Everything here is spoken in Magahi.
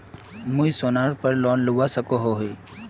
मुई सोनार पोर लोन लुबा सकोहो ही?